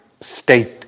state